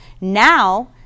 Now